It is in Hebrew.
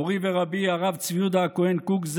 מורי ורבי הרב צבי יהודה הכהן קוק,